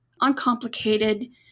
uncomplicated